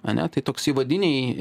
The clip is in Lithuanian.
ane tai toks įvadiniai